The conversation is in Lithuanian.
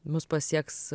mus pasieks